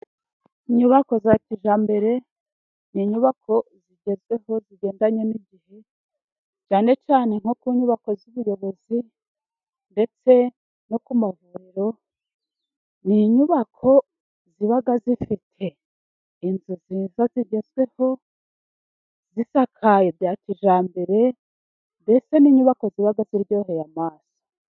Inyubako za kijyambere ni inyubako zigezweho, zigendanye n'igihe cyane cyane nko ku nyubako z'ubuyobozi, ndetse no ku mavuriro, ni inyubako ziba zifite inzu nziza zigezweho zisakaye bya kijyambere, mbese n'inyubako ziba ziryoheye amaso.